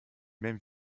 même